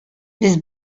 без